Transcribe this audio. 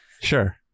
sure